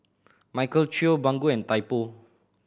Michael Trio Baggu and Typo